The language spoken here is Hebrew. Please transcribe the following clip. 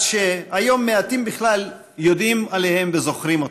שהיום מעטים בכלל יודעים עליהן וזוכרים אותן.